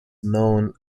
known